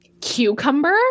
cucumber